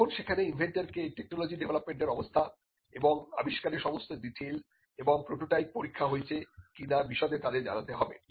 তখন সেখানে ইনভেন্টর কে টেকনোলজি ডেভলপমেন্টের অবস্থা ও এবং আবিষ্কারের সমস্ত ডিটেল এবং প্রোটোটাইপ পরীক্ষা হয়েছে কিনা বিশদে তাদের জানাতে হবে